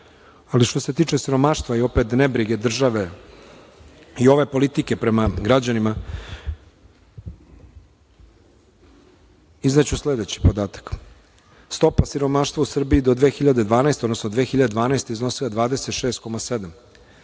ali što se tiče siromaštva i nebrige države i ove politike prema građanima, izneću sledeći podatak. Stopa siromaštva u Srbiji 2012. godine iznosila je